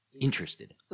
interested